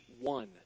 one